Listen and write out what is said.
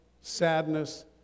sadness